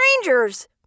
strangers